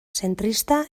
zentrista